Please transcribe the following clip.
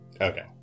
Okay